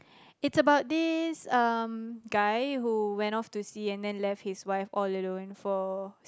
it's about this um guy who went off to sea and then left his wife all alone for